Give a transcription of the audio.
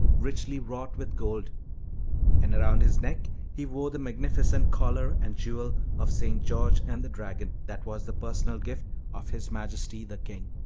richly wrought with gold and around his neck he wore the magnificent collar and jewel of st. george and the dragon, that was the personal gift of his majesty, the king